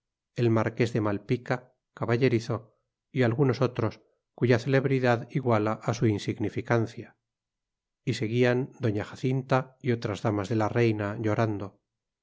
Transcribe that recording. el marqués de malpica caballerizo y algunos otros cuya celebridad iguala a su insignificancia y seguían doña jacinta y otras damas de la reina llorando